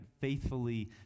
faithfully